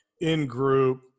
in-group